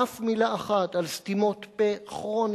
אף מלה אחת על סתימות פה כרוניות,